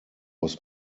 was